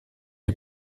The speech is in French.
est